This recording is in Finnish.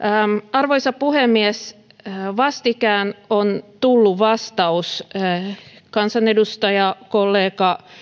arvoisa puhemies vastikään on tullut vastaus kansanedustaja kollega